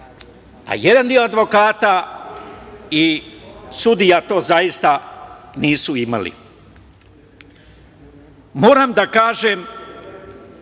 a jedan deo advokata i sudija to zaista nisu imali. Moram da kažem,